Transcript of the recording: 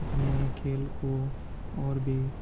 اپنے کھیل کو اور بھی